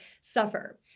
suffer